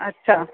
अछा